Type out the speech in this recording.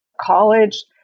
college